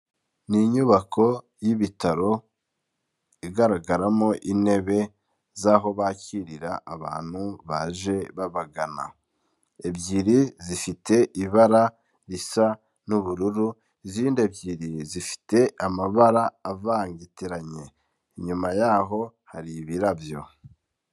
Ni inyubako y'ibitaro, igaragaramo intebe z'aho bakirira abantu baje babagana. Ebyiri zifite ibara risa n'ubururu, izindi ebyiri zifite amabara avangitiranye. Inyuma yaho hari ibirabyo.